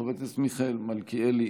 חבר הכנסת מיכאל מלכיאלי,